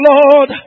Lord